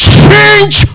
change